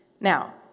Now